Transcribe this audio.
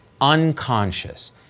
Unconscious